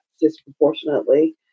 disproportionately